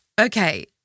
okay